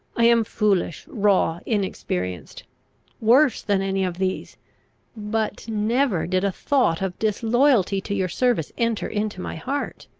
i am foolish, raw, inexperienced worse than any of these but never did a thought of disloyalty to your service enter into my heart.